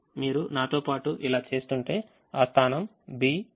మీరు నాతో పాటు ఇలా చేస్తుంటే ఆ స్థానం B4